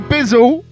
Bizzle